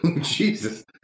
Jesus